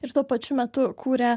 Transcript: ir tuo pačiu metu kūrė